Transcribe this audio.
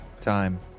time